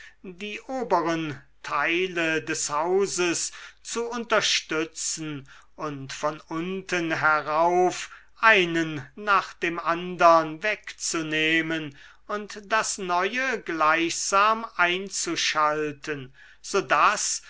die oberen teile des hauses zu unterstützen und von unten herauf einen nach dem andern wegzunehmen und das neue gleichsam einzuschalten so daß